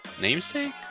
Namesake